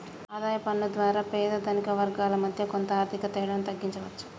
ఆదాయ పన్ను ద్వారా పేద ధనిక వర్గాల మధ్య కొంత ఆర్థిక తేడాను తగ్గించవచ్చు